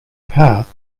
path